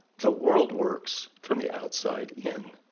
the world works from the outside in.